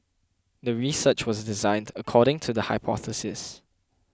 the research was designed according to the hypothesis